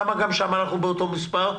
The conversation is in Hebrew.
למה גם שם אנחנו באותו מספר?